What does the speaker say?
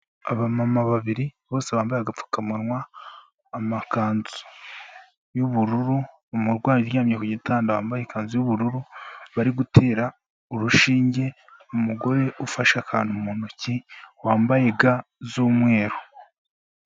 Aba mama babiri bose bambaye agapfukamunwa, amakanzu y'ubururu, umurwayi uryamye ku gitanda wambaye ikanzu y'ubururu bari gutera urushinge. Umugore ufashe akantu mu ntoki wambaye ga z'umweru.